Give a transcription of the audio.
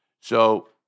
so-